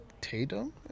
Tatum